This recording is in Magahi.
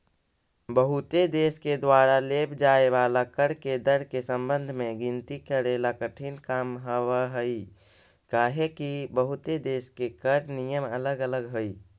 बहुते देश के द्वारा लेव जाए वाला कर के दर के संबंध में गिनती करेला कठिन काम हावहई काहेकि बहुते देश के कर नियम अलग अलग हई